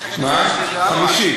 זה 20 וארבע, חמישית.